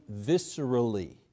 viscerally